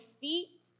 feet